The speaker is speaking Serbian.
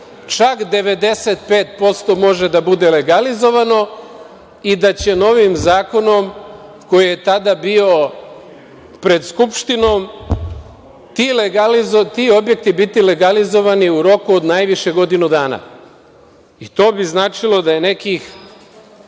čak 95% može da bude legalizovano i da će novim zakonom, koji je tada bio pred Skupštinom, ti objekti bili legalizovani u roku od najviše godinu dana. I, to bi značilo da je nekih,